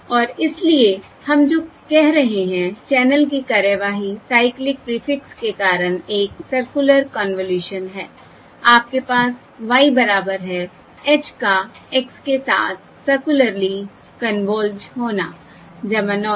और इसलिए अब हम जो कह रहे हैं चैनल की कार्यवाही साइक्लिक प्रीफिक्स के कारण एक सर्कुलर कन्वॉल्यूशन है आपके पास y बराबर है h का x के साथ सर्कुलरली कन्वॉल्वड होना नॉयस